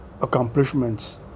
accomplishments